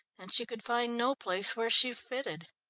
and she could find no place where she fitted.